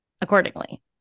accordingly